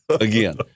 again